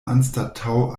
anstataŭ